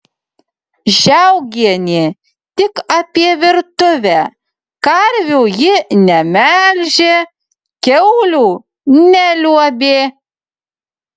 žiaugienė tik apie virtuvę karvių ji nemelžė kiaulių neliuobė